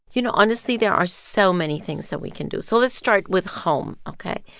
you know, honestly, there are so many things that we can do. so let's start with home, ok?